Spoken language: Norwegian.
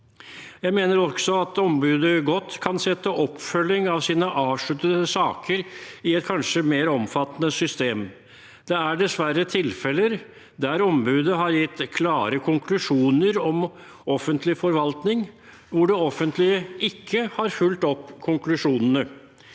Jeg mener også at ombudet kan sette oppfølging av sine avsluttede saker i et kanskje mer omfattende system. Det er dessverre tilfeller der ombudet har gitt klare konklusjoner om offentlig forvaltning, hvor det offentlige ikke har fulgt opp konklusjonene.